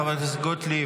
חברת הכנסת גוטליב,